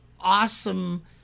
awesome